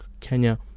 Kenya